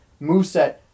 moveset